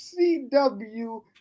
CW